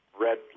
red